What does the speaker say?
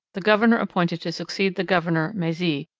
the governor appointed to succeed the governor mezy,